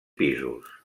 pisos